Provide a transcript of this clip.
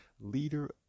leader